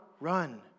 run